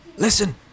listen